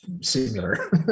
similar